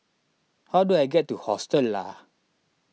how do I get to Hostel Lah